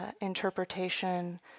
interpretation